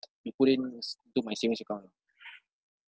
to put in s~ to my savings account ah